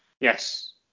Yes